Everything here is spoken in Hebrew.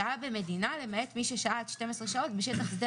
"שהה במדינה" למעט מי ששהה עד 12 שעות בשטח שדה